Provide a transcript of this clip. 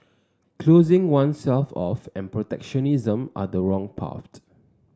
closing oneself off and protectionism are the wrong path